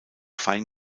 fein